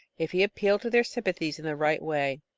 if he appealed to their sympathies in the right way.